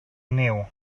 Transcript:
niu